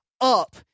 up